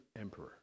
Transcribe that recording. emperor